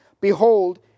Behold